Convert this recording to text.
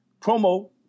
promo